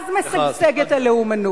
אז במקום הזה משגשגת הלאומנות.